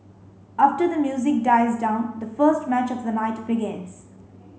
after the music dies down the first match of the night begins